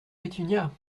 pétunia